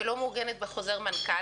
שלא מעוגנת בחוזר מנכ"ל,